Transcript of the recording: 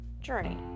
Journey